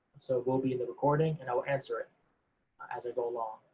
so it will be and the recording, and i will answer it as i go along.